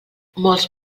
molts